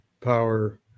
power